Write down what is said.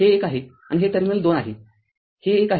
हे १ आहे आणि हे टर्मिनल २ आहे हे एक आहे